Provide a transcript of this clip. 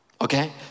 Okay